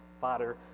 Father